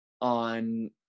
on